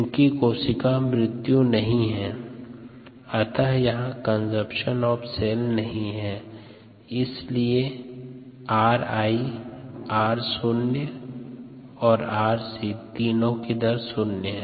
चूँकि कोशिका मृत्यु नहीं है अतः यहाँ कन्सम्पसन ऑफ़ सेल्स नहीं है इसलिए 𝑟𝑖 𝑟𝑜 और 𝑟𝑐 तीनो दर शून्य है